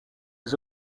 les